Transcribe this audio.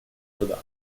суда